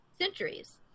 centuries